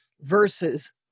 versus